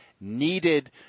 needed